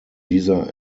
dieser